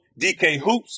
DKHOOPS